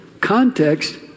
Context